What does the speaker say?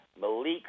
malik